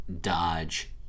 Dodge